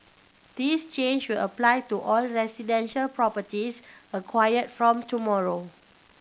this change will apply to all residential properties acquired from tomorrow